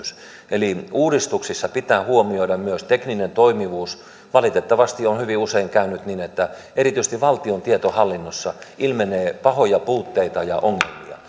eli uudistuksissa pitää huomioida myös tekninen toimivuus valitettavasti on hyvin usein käynyt niin että erityisesti valtion tietohallinnossa ilmenee pahoja puutteita ja ongelmia